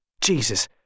Jesus